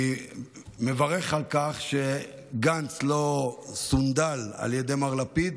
אני מברך על כך שגנץ לא סונדל על ידי מר לפיד,